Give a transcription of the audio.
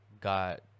got